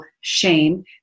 shame